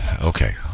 Okay